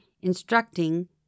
instructing